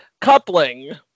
Coupling